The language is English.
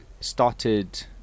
started